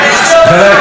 מספיק.